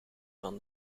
van